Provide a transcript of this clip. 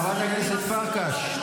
חברת הכנסת פרקש,